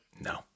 No